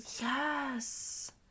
Yes